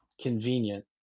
convenient